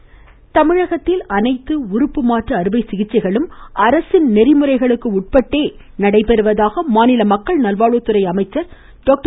விஜயபாஸ்கர் தமிழகத்தில் அனைத்து உறுப்பு மாற்று அறுவை சிகிச்சைகளும் அரசின் நெறிமுறைகளுக்கு உட்பட்டே நடப்பதாக மாநில மக்கள் நல்வாழ்வுத்துறை அமைச்சர் டாக்டர்